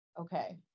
Okay